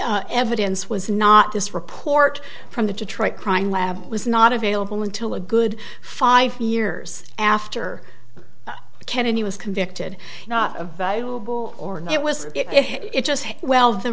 evidence was not this report from the detroit crime lab was not available until a good five years after kennedy was convicted of or it was it just well the